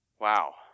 Wow